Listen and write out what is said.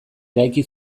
eraiki